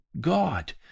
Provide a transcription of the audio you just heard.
God